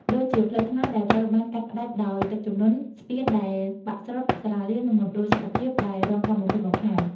ដូចជាផ្លូវថ្នល់ដែលត្រូវបានកាត់ផ្ដាច់ដោយទឹកជំនន់ ស្ពានដែលបាក់ស្រុត សាលារៀន និងមណ្ឌលសុខភាពដែលរងការបំផ្លិចបំផ្លាញ។